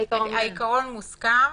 העיקרון מוסכם.